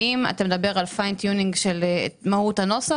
האם אתה מדבר על הכוונון העדין של מהות הנוסח